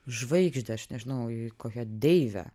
žvaigždę aš nežinau į kokią deivę